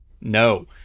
no